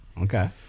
Okay